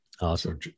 Awesome